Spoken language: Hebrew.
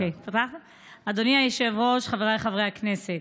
אדוני היושב-ראש, חבריי חברי הכנסת,